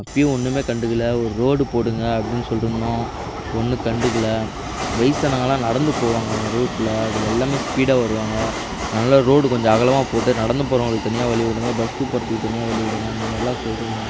அப்போயும் ஒன்றுமே கண்டுக்கல ஒரு ரோடு போடுங்க அப்படின்னு சொல்லிட்ருந்தோம் ஒன்றும் கண்டுக்கல வயிசானவங்களெலாம் நடந்து போவாங்க அந்த ரோட்டில் அதில் எல்லாமே ஸ்பீடாக வருவாங்க அதனால் ரோடு கொஞ்சம் அகலமாக போட்டு நடந்து போகிறவங்களுக்கு தனியாக வழி விடுங்க பஸ்ஸு போகிறதுக்கு தனியாக வழி விடுங்க அந்தமாதிரிலாம் சொல்லிட்ருந்தோம்